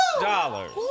dollars